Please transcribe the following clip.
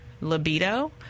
libido